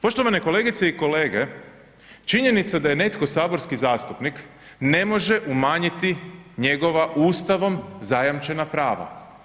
Poštovane kolegice i kolege, činjenica da je netko saborski zastupnik ne može umanjiti njegova ustavom zajamčena prava.